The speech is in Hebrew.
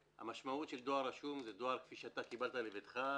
המשמעות של דואר רשום זה דואר כפי שאתה קיבלת לביתך,